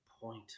point